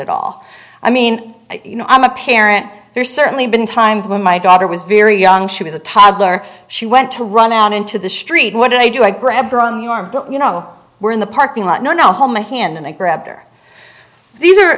at all i mean you know i'm a parent there's certainly been times when my daughter was very young she was a toddler she went to run out into the street what did i do i grabbed my arm you know we're in the parking lot no no hold my hand and i grabbed her these are